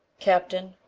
captain,